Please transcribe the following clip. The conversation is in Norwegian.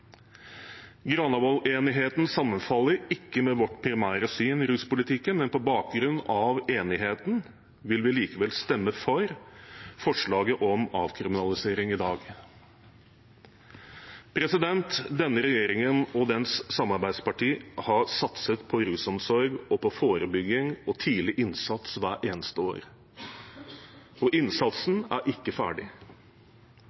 sammenfaller ikke med vårt primære syn i ruspolitikken, men på bakgrunn av enigheten vil vi likevel stemme for forslaget om avkriminalisering i dag. Denne regjeringen og dens samarbeidsparti har satset på rusomsorg og på forebygging og tidlig innsats hvert eneste år. Innsatsen er ikke ferdig. Gjennom opptrappingsplanen for barn og